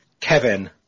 Kevin